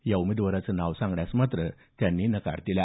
या उमेदवाराचं नाव सांगण्यास मात्र त्यांनी नकार दिला